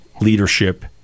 leadership